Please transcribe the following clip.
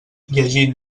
llegint